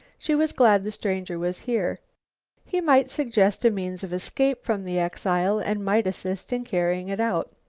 she was glad the stranger was here he might suggest a means of escape from the exile and might assist in carrying it out.